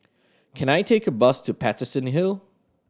can I take a bus to Paterson Hill